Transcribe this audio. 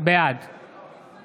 בעד מיכל רוזין,